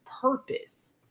purpose